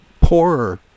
poorer